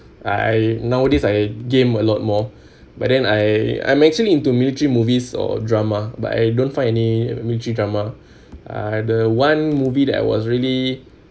I nowadays I game a lot more but then I I'm actually into military movies or drama but I don't find any military drama uh the one movie that I was really